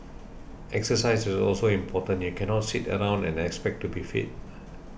exercise is also important you cannot sit around and expect to be fit